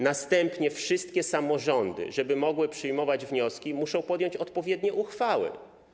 Następnie wszystkie samorządy, żeby móc przyjmować wnioski, muszą podjąć odpowiednie uchwały.